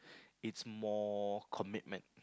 it's more commitment